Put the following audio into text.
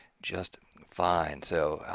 just fine. so,